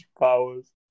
powers